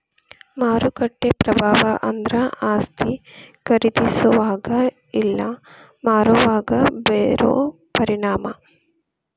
ಮಾರುಕಟ್ಟೆ ಪ್ರಭಾವ ಅಂದ್ರ ಆಸ್ತಿ ಖರೇದಿಸೋವಾಗ ಇಲ್ಲಾ ಮಾರೋವಾಗ ಬೇರೋ ಪರಿಣಾಮ